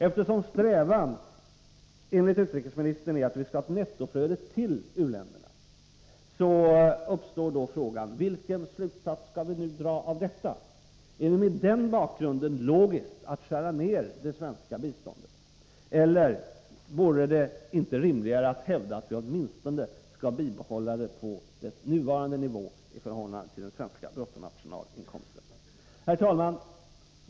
Eftersom strävan enligt utrikesministern är att vi skall ha ett nettoflöde rill u-länderna, uppstår frågan vilken slutsats vi skall dra av detta. Är det mot denna bakgrund logiskt att skära ner det svenska biståndet? Vore det inte rimligare att hävda att vi åtminstone skall bibehålla det på dess nuvarande nivå i förhållande till den svenska bruttonationalinkomsten? Herr talman!